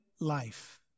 life